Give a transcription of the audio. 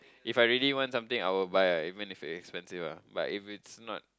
if I really want something I will buy ah even if it's expensive ah but if it's not